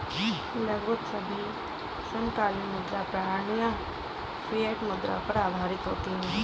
लगभग सभी समकालीन मुद्रा प्रणालियाँ फ़िएट मुद्रा पर आधारित होती हैं